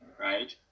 right